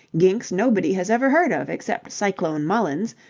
ginks nobody has ever heard of, except cyclone mullins,